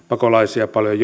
pakolaisia paljon